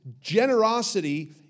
generosity